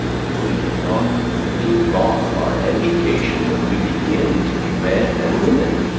that we did not leave off our education when we begin to be men and women.